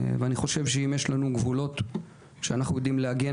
אני חושב שאם יש לנו גבולות שאנחנו יודעים להגן